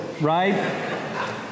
Right